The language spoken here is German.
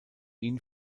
ihn